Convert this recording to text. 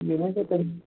مےٚ ونۍتَو تُہی